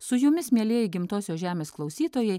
su jumis mielieji gimtosios žemės klausytojai